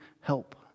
help